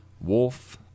Wolf